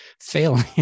failing